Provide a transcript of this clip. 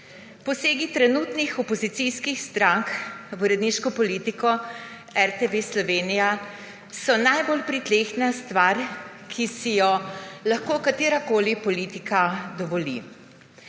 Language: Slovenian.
Posegi trenutnih opozicijskih strank v uredniško politiko RTV Slovenija so najbolj pritlehna stvar, ki so jo lahko katerakoli politika dovoli.